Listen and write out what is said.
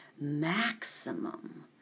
maximum